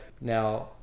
Now